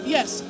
Yes